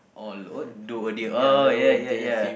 or load doe a deer ah ya ya ya